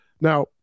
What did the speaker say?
now